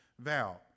vow